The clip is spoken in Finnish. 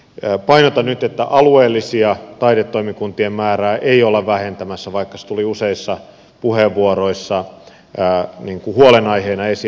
painotan nyt että alueellisten taidetoimikuntien määrää ei olla vähentämässä vaikka se tuli useissa puheenvuoroissa huolenaiheena esiin